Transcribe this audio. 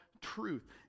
truth